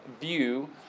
view